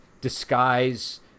disguise